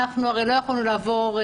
אנחנו הרי לא יכולנו לעבור,